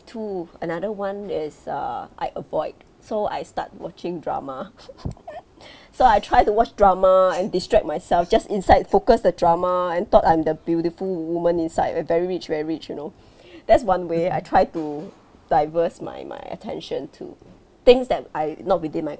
two another one is err I avoid so I start watching drama so I try to watch drama and distract myself just inside focus the drama and thought I'm the beautiful woman inside uh very rich very rich you know that's one way I try to diverse my my attention to things that are not within my